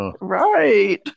Right